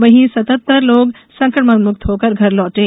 वहीं सतहत्तर लोग संक्रमणमुक्त होकर घर लौटे